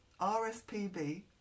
RSPB